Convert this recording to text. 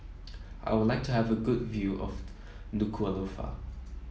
I would like to have a good view of Nuku'alofa